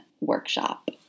workshop